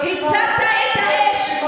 הצת את האש.